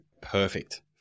perfect